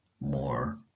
more